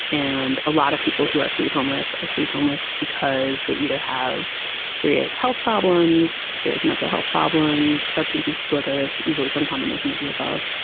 and a lot of people who are street homeless are street homeless because they either have serious health problems, serious mental health problems, substance use disorders, usually some combination of the above.